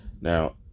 Now